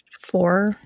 four